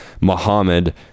Muhammad